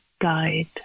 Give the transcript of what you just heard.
died